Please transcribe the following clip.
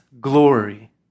glory